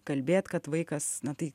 kalbėt kad vaikas na tai